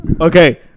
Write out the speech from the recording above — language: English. Okay